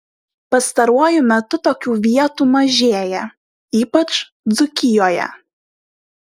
pastaruoju metu tokių vietų mažėja ypač dzūkijoje